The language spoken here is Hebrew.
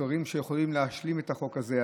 חוסרים שיכולים להשלים את החוק הזה.